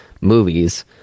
movies –